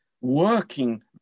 working